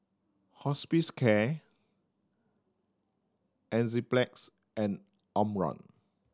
Hospicare Enzyplex and Omron